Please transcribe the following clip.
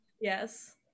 Yes